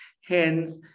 Hence